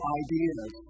ideas